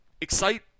Excite